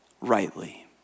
rightly